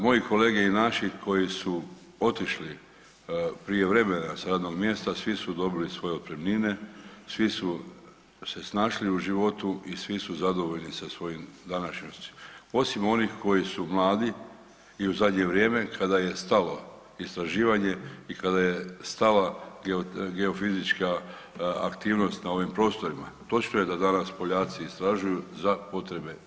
Moji kolege i naši koji su otišli prije vremena s radnog mjesta svi su dobili svoje otpremnine, svi su se snašli u životu i svi su zadovoljni sa svojom današnjosti, osim onih koji su mladi i u zadnje vrijeme kada je stalo istraživanje i kada je stala geofizička aktivnost na ovim prostorima, točno je da danas Poljaci istražuju za potrebe INA-e.